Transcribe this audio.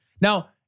Now